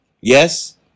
Yes